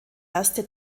erste